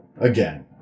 again